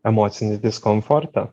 emocinį diskomfortą